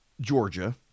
Georgia